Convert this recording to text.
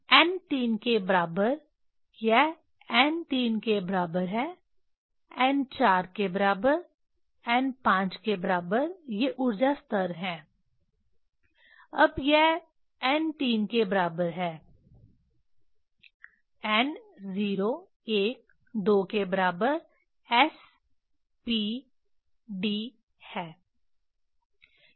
n 3 के बराबर यह n 3 के बराबर है n 4 के बराबर n 5 के बराबर ये ऊर्जा स्तर हैं अब यह n 3 के बराबर है n 0 1 2 के बराबर s p d है